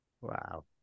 Wow